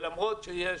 למרות שיש